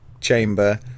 chamber